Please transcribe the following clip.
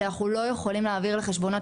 כי אנחנו לא יכולים להעביר לחשבונות